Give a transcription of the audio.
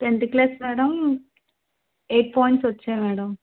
tenth class madam eight points వచ్చాయి madam